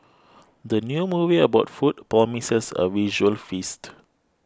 the new movie about food promises a visual feast